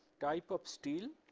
type of steel